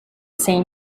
same